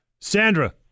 Sandra